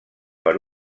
per